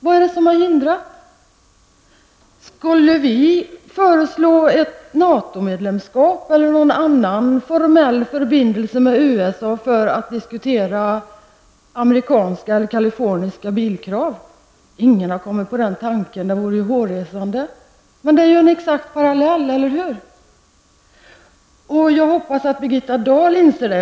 Vad är det som har hindrat? Skulle vi föreslå ett NATO-medlemskap eller någon annan formell förbindelse med USA för att diskutera kaliforniska bilkrav? Ingen har kommit på den tanken. Det vore ju hårresande. Men det är en exakt parallell, eller hur? Jag hoppas att Birgitta Dahl inser det.